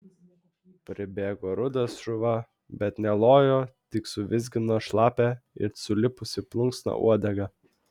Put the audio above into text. pribėgo rudas šuva bet nelojo tik suvizgino šlapią it sulipusi plunksna uodegą